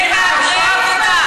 הם מהגרי עבודה.